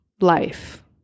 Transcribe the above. life